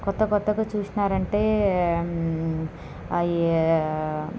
కొత్త కొత్తగా చూసినారంటే అయ్యి